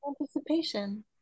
Anticipation